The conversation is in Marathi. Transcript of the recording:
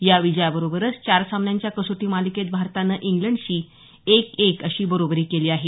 या विजयाबरोबरचं चार सामन्यांच्या कसोटी मालिकेत भारतानं इंग्लंडशी एक एक अशी बरोबरी केली आहे